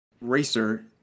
racer